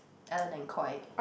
other than Koi